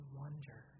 wonder